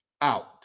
out